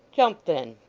jump then